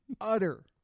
Utter